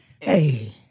Hey